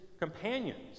companions